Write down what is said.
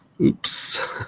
Oops